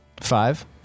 Five